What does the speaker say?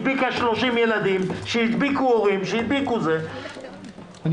הדביקה 30 ילדים שהדביקו הורים שהדביקו זה --- אני